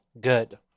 good